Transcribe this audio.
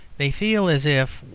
they feel as if,